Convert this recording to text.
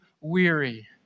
weary